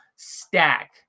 stack